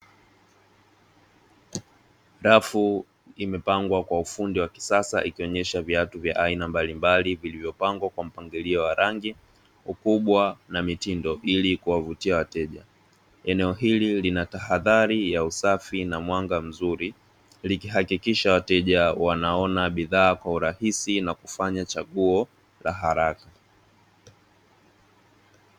Rafu imepangwa kwa ufundi wa kisasa ikionyesha viatu vya aina mbalimbali vilivyopangwa kwa mpangilio wa rangi, ukubwa na mitindo ili kuwavutia wateja; eneo hili lina tahadhari ya usafi na mwanga mzuri likihakikisha wateja wanaona bidhaa na kufanya chaguo la haraka.